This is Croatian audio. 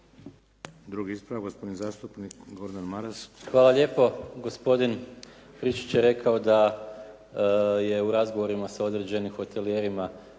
Drugi ispravak gospodin zastupnik Gordan Maras. **Maras, Gordan (SDP)** Hvala lijepo. Gospodin Friščić je rekao da je u razgovorima sa određenim hotelijerima